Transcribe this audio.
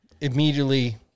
immediately